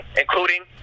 including